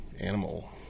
animal